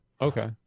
Okay